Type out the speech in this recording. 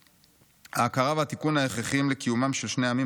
"ההכרה והתיקון הכרחיים לקיומם של שני עמים,